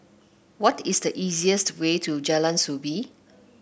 what is the easiest way to Jalan Soo Bee